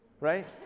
right